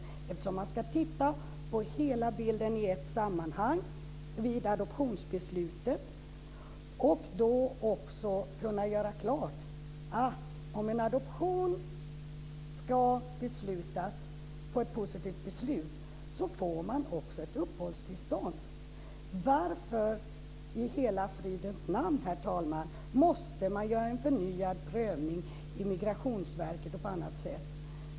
Vid adoptionsbeslutet ska man titta närmare på hela bilden i ett sammanhang och även kunna göra klart att om en adoption får ett positivt beslut får man också ett uppehållstillstånd. Varför i hela fridens namn, herr talman, måste man göra en förnyad prövning i Migrationsverket och på annat sätt?